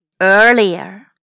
earlier